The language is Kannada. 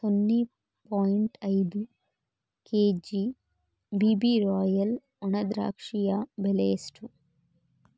ಸೊನ್ನೆ ಪಾಯಿಂಟ್ ಐದು K G B B royal ಒಣದ್ರಾಕ್ಷಿಯ ಬೆಲೆ ಎಷ್ಟು